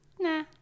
Nah